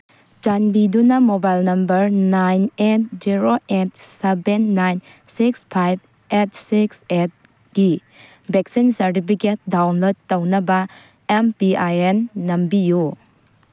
ꯆꯥꯟꯕꯤꯗꯨꯅ mobile number nine eight zero eight seven nine six five eight six ꯑꯩꯠꯀꯤ vaccine certificate download ꯇꯧꯅꯕ M P I N ꯅꯝꯕꯤꯌꯨ